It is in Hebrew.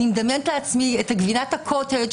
אני מדמיינת לעצמי את גבינת הקוטג'